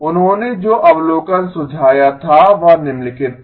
उन्होंने जो अवलोकन सुझाया था वह निम्नलिखित था